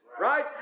right